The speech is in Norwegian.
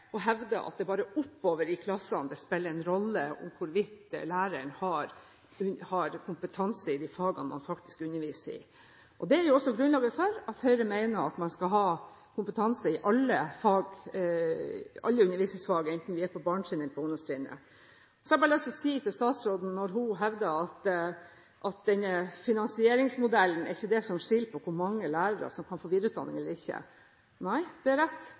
at det bare er oppover i klassene det spiller en rolle hvorvidt læreren har kompetanse i de fagene man faktisk underviser i. Det er også grunnlaget for at Høyre mener man skal ha kompetanse i alle undervisningsfag, enten de er på barnetrinnet eller på ungdomstrinnet. Så har jeg bare lyst til å si til statsråden når hun hevder at denne finansieringsmodellen ikke er det som skiller på hvor mange lærere som kan få videreutdanning eller ikke; er det rett, for Høyre har lagt en halv milliard kroner mer i potten. Det er